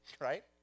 right